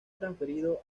transferido